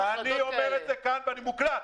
אני אומר את זה כאן והדברים מוקלטים: